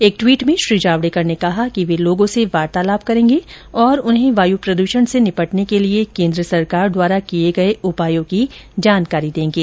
एक टवीट में श्री जावडेकर ने कहा कि वे लोगों से वार्तालाप करेंगे और उन्हें वायु प्रदूषण से निपटने के लिए केन्द्र सरकार द्वारा किये गये उपायों की जानकारी देंगे